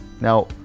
Now